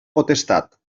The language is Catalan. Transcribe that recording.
potestat